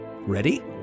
Ready